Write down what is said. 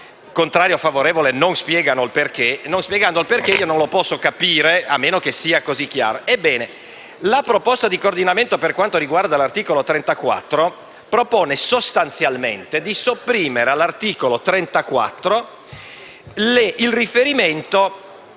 contrario o favorevole non spiegano il perché, non spiegandone le ragioni, io non lo posso capire, a meno che non sia così chiaro. La proposta di coordinamento per quanto riguarda l'articolo 34 propone sostanzialmente di sopprimere all'articolo 34 il riferimento